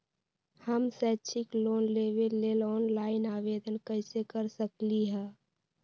हम शैक्षिक लोन लेबे लेल ऑनलाइन आवेदन कैसे कर सकली ह?